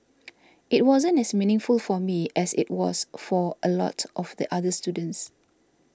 it wasn't as meaningful for me as it was for a lot of the other students